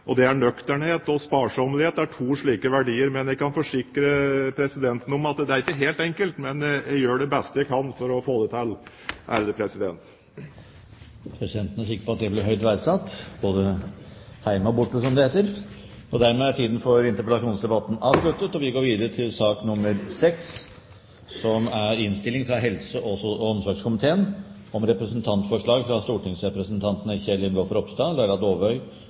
til våre barn. Nøkternhet og sparsommelighet er to slike verdier. Jeg kan forsikre presidenten om at det er ikke helt enkelt, men jeg gjør det beste jeg kan for å få det til! Presidenten er sikker på at det blir høyt verdsatt, både «heime og borte», som det heter. Dermed er sak nr. 5 ferdigbehandlet. Etter ønske fra helse- og omsorgskomiteen vil presidenten foreslå at taletiden blir begrenset til 40 minutter og